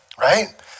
Right